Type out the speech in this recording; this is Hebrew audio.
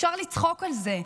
אפשר לצחוק על זה,